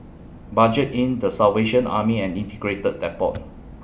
Budget Inn The Salvation Army and Integrated Depot